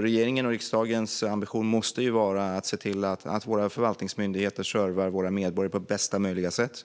Regeringens och riksdagens ambition måste vara att se till att våra förvaltningsmyndigheter servar våra medborgare på bästa möjliga sätt.